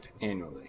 annually